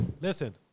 listen